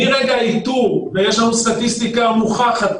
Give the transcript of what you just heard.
ויש לנו סטטיסטיקה מוכחת פה,